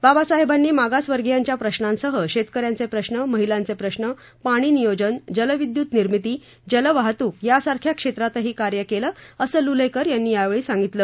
बाबासाहेबांनी मागासर्गीयांच्या प्रशांसह शेतकऱ्यांचे प्रश्न महिलांचे प्रश्न पाणी नियोजन जलविद्युत निर्मीती जलवाहतूक यासारख्या क्षेत्रातही कार्य केलं असं लुलेकर यांनी यावेळी सांगितलं